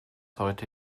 heute